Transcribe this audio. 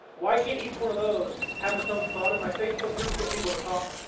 why can't each one of those have its own thought in my facebook group to get people to talk?